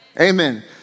Amen